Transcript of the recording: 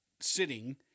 sitting